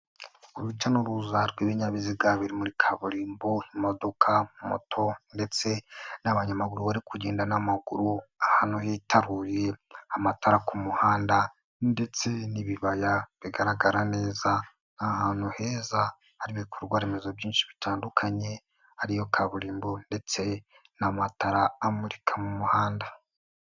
Urujya n'uruza rw'ibinyabiziga biri muri kaburimbo, imodoka, moto ndetse n'abanyamaguru bari kugenda n'amaguru, ahantu hitaruye, amatara ku muhanda ndetse n'ibibaya bigaragara neza, ni ahantu heza hari ibikorwa remezo byinshi bitandukanye, hariyo kaburimbo ndetse n'amatara amurika mu muhanda.